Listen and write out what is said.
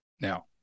Now